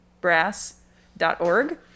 brass.org